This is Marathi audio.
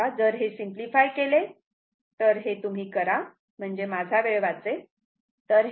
तेव्हा जर हे सिम्पलीफाय केले तर हे तुम्ही करा म्हणजे माझा वेळ वाचेल